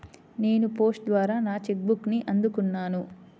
నేను పోస్ట్ ద్వారా నా చెక్ బుక్ని అందుకున్నాను